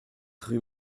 rue